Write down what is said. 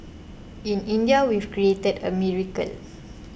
in India we've created a miracle